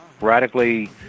radically